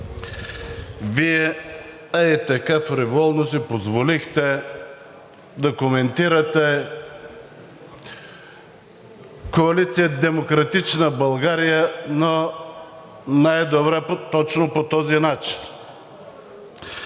Вие хей така фриволно си позволихте да коментирате коалиция „Демократична България“, но не е добре точно по този начин.